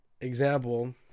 example